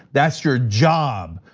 that's your job.